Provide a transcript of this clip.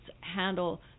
handle